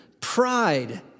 pride